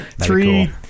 three